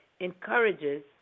encourages